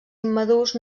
immadurs